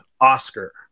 oscar